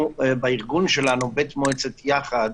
בארגון שלנו, בית מועצת יחד,